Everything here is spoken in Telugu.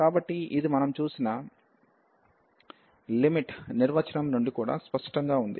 కాబట్టి ఇది మనం చూసిన లిమిట్ నిర్వచనం నుండి కూడా స్పష్టంగా ఉంది